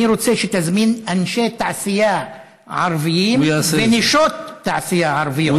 אני רוצה שתזמין אנשי תעשייה ערבים ונשות תעשייה ערביות.